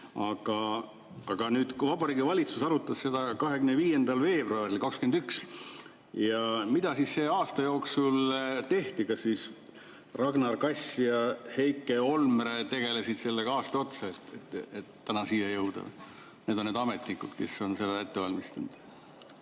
Aga kui Vabariigi Valitsus arutas seda 25. veebruaril 2021, siis mida selle aasta jooksul tehti? Kas Ragnar Kass ja Heike Olmre tegelesid sellega aasta otsa, et täna siia jõuda? Need on need ametnikud, kes on seda ette valmistanud.